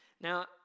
Now